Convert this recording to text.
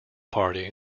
party